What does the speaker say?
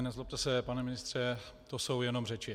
Nezlobte se, pane ministře, to jsou jenom řeči.